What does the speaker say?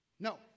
No